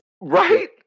Right